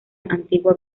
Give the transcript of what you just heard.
antigua